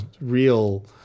real